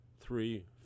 three